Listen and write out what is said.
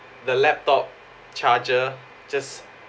the laptop charger just